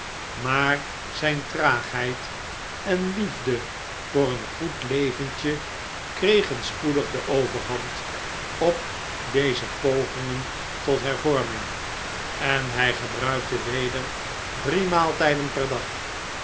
maar zijn traagheid en liefde voor een goed leventje kregen spoedig de overhand op deze pogingen tot hervorming en hij gebruikte weder drie maaltijden per dag